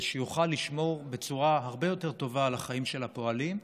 שיוכל לשמור בצורה הרבה יותר טובה על החיים של הפועלים.